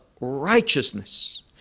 righteousness